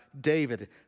David